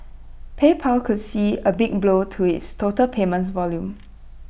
PayPal could see A big blow to its total payments volume